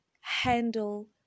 handle